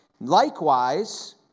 Likewise